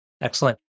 Excellent